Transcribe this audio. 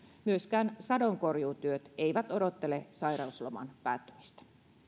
myöskään sadonkorjuutyöt eivät odottele sairausloman päättymistä